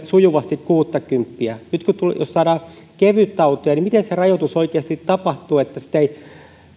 sujuvasti kuuttakymppiä nyt jos saadaan kevytautoja niin miten se rajoitus oikeasti tapahtuu